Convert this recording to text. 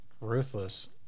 ruthless